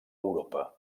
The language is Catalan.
europa